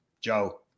Joe